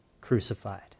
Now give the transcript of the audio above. crucified